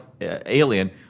alien